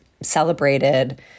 celebrated